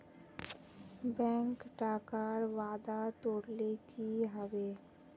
bank टाकार वादा तोरले कि हबे